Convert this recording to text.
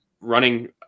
running